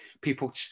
People